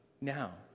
Now